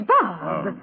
Bob